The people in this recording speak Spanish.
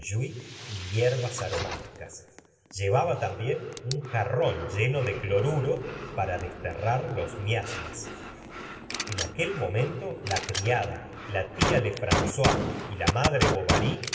hierbas aromáticas llevaba también un jarrón lleno de cloruro para desterrar los miasmas en aquel momento la criada la tia lefrancois y la madre bovary